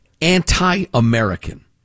anti-American